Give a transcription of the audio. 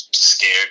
Scared